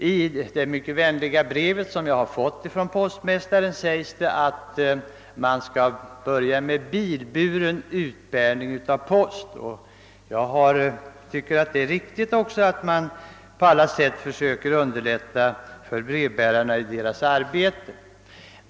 I det mycket vänliga brev jag har fått från postmästaren sägs det att man skall börja med bilburen utbäring av posten. Jag tycker att det är riktigt att man på alla sätt försöker underlätta för brevbärarna i deras arbete.